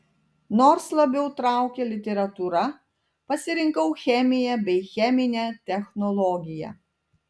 nors labiau traukė literatūra pasirinkau chemiją bei cheminę technologiją